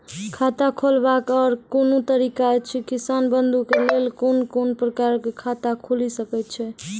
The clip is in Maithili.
खाता खोलवाक आर कूनू तरीका ऐछि, किसान बंधु के लेल कून कून प्रकारक खाता खूलि सकैत ऐछि?